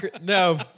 No